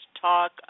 talk